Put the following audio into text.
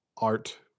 art